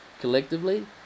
collectively